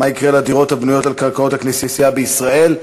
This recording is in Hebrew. מה יקרה לדירות הבנויות על קרקעות הכנסייה בישראל?